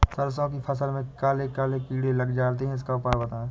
सरसो की फसल में काले काले कीड़े लग जाते इसका उपाय बताएं?